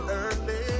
early